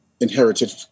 inherited